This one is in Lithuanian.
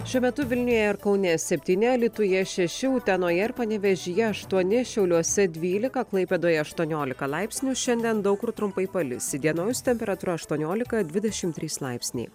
šiuo metu vilniuje ir kaune septyni alytuje šeši utenoje ir panevėžyje aštuoni šiauliuose dvylika klaipėdoje aštuoniolika laipsnių šiandien daug kur trumpai palis įdienojus temperatūra aštuoniolika dvidešimt trys laipsniai